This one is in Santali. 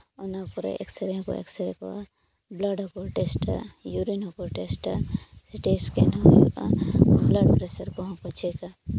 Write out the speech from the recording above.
ᱚᱱᱟ ᱠᱚᱨᱮᱜ ᱮᱠᱥᱮᱨᱮ ᱦᱚᱸᱠᱚ ᱮᱠᱥᱮᱨᱮ ᱠᱚᱣᱟ ᱵᱞᱟᱰ ᱦᱚᱸ ᱠᱚ ᱴᱮᱥᱴᱟ ᱤᱭᱩᱨᱤᱱ ᱦᱚᱸ ᱠᱚ ᱴᱮᱥᱴᱟ ᱥᱤᱴᱤ ᱮᱥᱠᱮᱱ ᱦᱚᱸ ᱦᱩᱭᱩᱜᱼᱟ ᱵᱞᱟᱰ ᱯᱮᱥᱟᱨ ᱠᱚ ᱦᱚᱸ ᱠᱚ ᱪᱮᱠᱟ